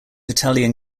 italian